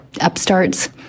upstarts